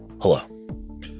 Hello